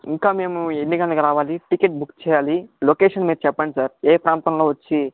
ఇంకా మేము ఎన్ని గంటలకు రావాలి టికెట్ బుక్ చేయాలి లొకేషన్ మీరు చెప్పండి సార్ ఏ ప్రాంతంలో వచ్చి